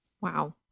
wow